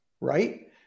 right